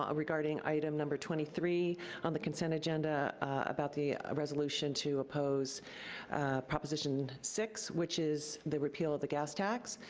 ah regarding item number twenty three on the consent agenda about the resolution to oppose proposition six, which is the repeal of the gas tax.